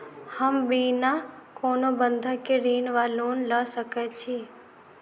हम बिना कोनो बंधक केँ ऋण वा लोन लऽ सकै छी?